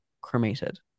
Cremated